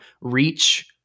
reach